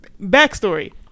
Backstory